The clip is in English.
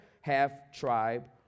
half-tribe